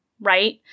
right